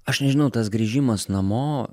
aš nežinau tas grįžimas namo